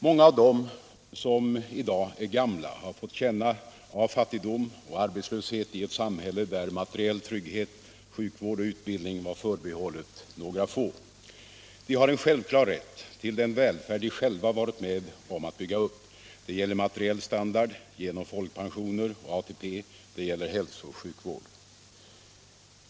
Många av dem som i dag är gamla har fått känna av fattigdom och arbetslöshet i ett samhälle där materiell trygghet, sjukvård och utbildning var förbehållet några få. De har en självklar rätt till den välfärd de själva varit med om att bygga upp. Det gäller materiell standard genom folkpensioner och ATP, det gäller hälso och sjukvård.